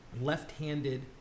left-handed